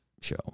show